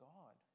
God